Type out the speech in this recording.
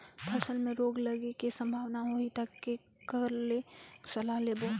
फसल मे रोग लगे के संभावना होही ता के कर ले सलाह लेबो?